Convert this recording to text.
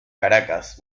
caracas